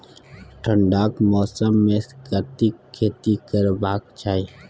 ठंडाक मौसम मे कथिक खेती करबाक चाही?